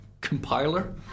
compiler